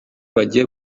bagiye